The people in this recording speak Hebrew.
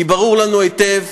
כי ברור לנו היטב